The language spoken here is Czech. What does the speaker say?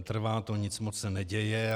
Trvá to, nic moc se neděje.